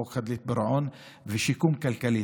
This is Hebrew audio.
חוק חדלות פירעון ושיקום כלכלי.